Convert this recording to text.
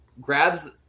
grabs